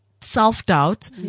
Self-doubt